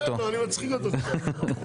אני מצחיק אותו טיפה.